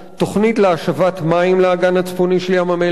תוכנית להשבת מים לאגן הצפוני של ים-המלח.